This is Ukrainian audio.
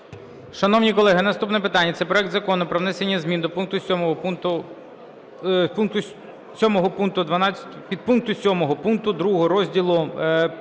Шановні колеги, наступне питання – це проект Закону про внесення зміни до підпункту 7 пункту 2 розділу